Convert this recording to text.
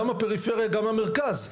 גם הפריפריה וגם המרכז.